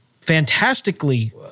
fantastically